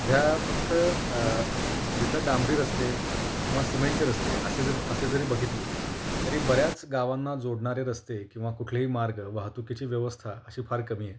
सध्या फक्त जिथं डांबरी रस्ते किंवा सिमेंटचे रस्ते असे ज असे जरी बघितले तरी बऱ्याच गावांना जोडणारे रस्ते किंवा कुठलेही मार्ग वाहतुकीची व्यवस्था अशी फार कमी आहे